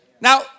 Now